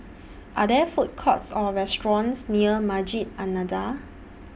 Are There Food Courts Or restaurants near Masjid An Nahdhah